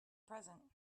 present